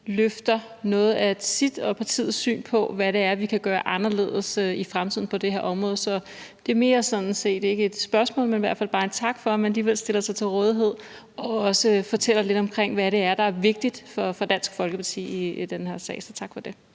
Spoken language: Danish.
løfter noget af sit og sit partis syn på, hvad vi kan gøre anderledes i fremtiden på det her område, ind i debatten. Så det er sådan set ikke et spørgsmål, men mere en tak for, at man alligevel stiller sig til rådighed og også fortæller lidt om, hvad det er, der er vigtigt for Dansk Folkeparti i den her sag. Tak for det.